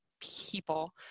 people